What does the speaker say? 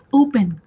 open